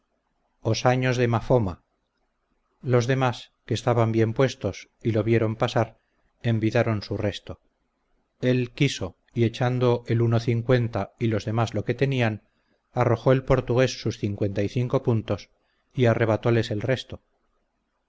os anhos de mafoma los demás que estaban bien puestos y lo vieron pasar embidaron su resto él quiso y echando el uno cincuenta y los demás lo que tenían arrojó el portugués sus cincuenta y cinco puntos y arrebatoles el resto